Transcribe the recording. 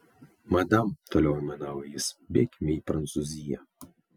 madam toliau aimanavo jis bėkime į prancūziją